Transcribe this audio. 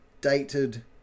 dated